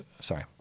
Sorry